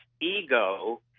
ego